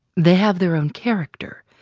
they have their own character,